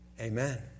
Amen